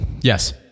Yes